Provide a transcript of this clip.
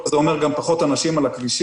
זה גם אומר פחות אנשים על הכבישים,